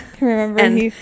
Remember